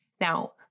Now